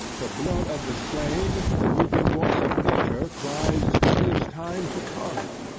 the blood of the slain, the weeping voice of nature cries, tis time to part.